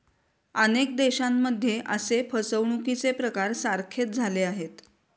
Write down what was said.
अनेक देशांमध्ये असे फसवणुकीचे प्रकार सारखेच झाले आहेत